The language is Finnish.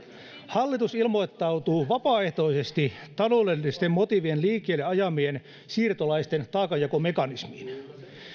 hallitus ilmoittautuu vapaaehtoiseksi taloudellisten motiivien liikkeelle ajamien siirtolaisten taakanjakomekanismiin ei